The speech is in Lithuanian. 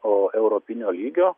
o europinio lygio